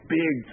big